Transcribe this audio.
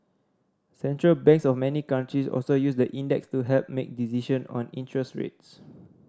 Central Banks of many countries also use the index to help make decision on interest rates